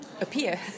appear